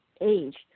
age